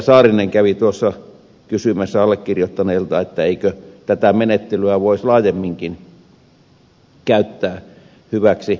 saarinen kävi kysymässä allekirjoittaneelta eikö tätä menettelyä voisi laajemminkin käyttää hyväksi